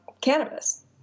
cannabis